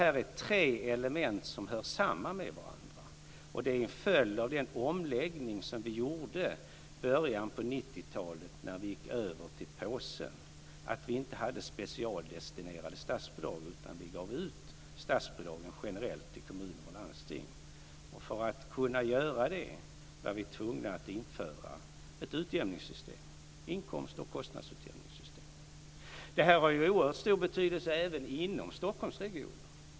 Här finns tre element som hör samman med varandra och detta är en följd av den omläggning som vi gjorde i början av 90-talet då vi gick över till påsen - dvs. att vi inte hade specialdestinerade statsbidrag utan gav ut statsbidragen generellt till kommuner och landsting. För att kunna göra det var vi tvungna att införa ett utjämningssystem, ett inkomst och kostnadsutjämningssystem. Det här har oerhört stor betydelse även inom Stockholmsregionen.